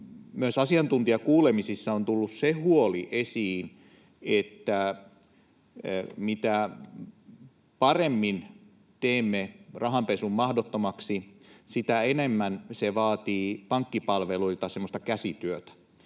myös asiantuntijakuulemisissa on tullut esiin se huoli, että mitä paremmin teemme rahanpesun mahdottomaksi, sitä enemmän se vaatii pankkipalveluilta käsityötä.